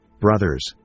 brothers